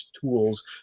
tools